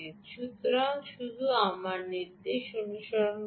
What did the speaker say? সুতরাং শুধু আমার নির্দেশ অনুসরণ করুন